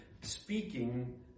speaking